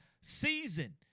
season